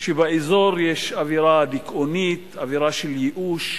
שבאזור יש אווירה דיכאונית, אווירה של ייאוש,